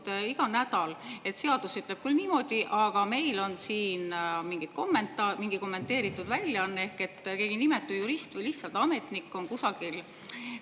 iga nädal, et seadus ütleb küll niimoodi, aga meil on siin mingi kommenteeritud väljaanne. Ehk keegi nimetu jurist või lihtsalt ametnik on kusagil